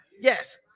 Yes